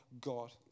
God